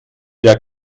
der